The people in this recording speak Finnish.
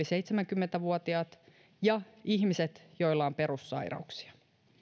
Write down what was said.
seitsemänkymmentä vuotiaat ja ihmiset joilla on perussairauksia